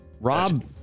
Rob